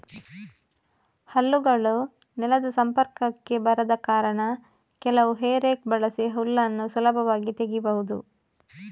ಹಲ್ಲುಗಳು ನೆಲದ ಸಂಪರ್ಕಕ್ಕೆ ಬರದ ಕಾರಣ ಕೆಲವು ಹೇ ರೇಕ್ ಬಳಸಿ ಹುಲ್ಲನ್ನ ಸುಲಭವಾಗಿ ತೆಗೀಬಹುದು